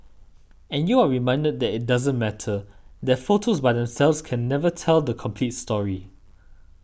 and you are reminded that it doesn't matter that photos by themselves can never tell the complete story